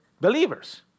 believers